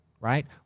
Right